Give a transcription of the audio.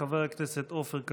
חבר הכנסת עופר כסיף,